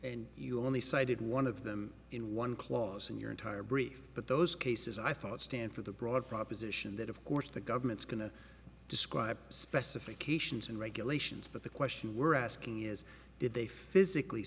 and you only cited one of them in one clause in your entire brief but those cases i thought stand for the broad proposition that of course the government's going to describe specifications and regulations but the question we're asking is did they physically